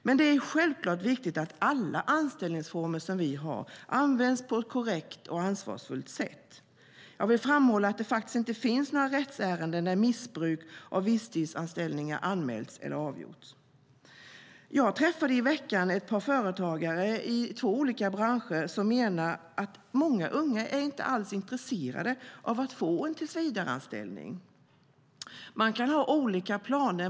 Men det är självfallet viktigt att alla anställningsformer som vi har används på ett korrekt och ansvarsfullt sätt. Jag vill framhålla att det faktiskt inte finns några rättsärenden där missbruk av visstidsanställningar anmälts eller avgjorts. Jag träffade i veckan ett par företagare i två olika branscher som menar att många unga inte alls är intresserade av att få en tillsvidareanställning. De kan ha olika planer.